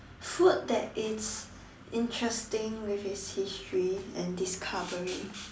food that is interesting with it's history and discovery